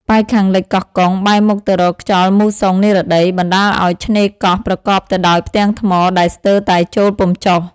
ប៉ែកខាងលិចកោះកុង បែរមុខទៅរកខ្យល់មូសុងនិរតី បណ្តាលអោយឆ្នេរកោះប្រកបទៅដោយផ្ទាំងថ្មដែលស្ទើរតែចូលពុំចុះ ។